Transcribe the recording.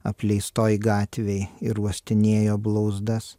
apleistoj gatvėj ir uostinėjo blauzdas